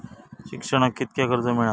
शिक्षणाक कीतक्या कर्ज मिलात?